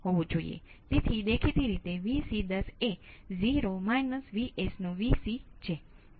તેથી તે કોઈપણ બ્રાન્ચ મોડ્યુલ હોઈ શકે છે